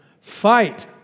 Fight